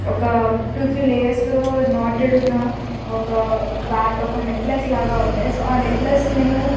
ఒక two three లేయర్స్లో knotted ఉన్న ఒక నెక్లెస్ లాగా ఉండే సో ఆ నెక్లెస్ నేను